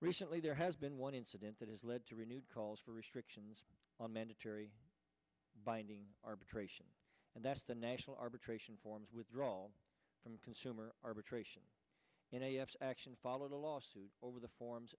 recently there has been one incident that has led to renewed calls for restrictions on mandatory binding arbitration and that's the national arbitration forms withdrawal from consumer arbitration and action followed a lawsuit over the forms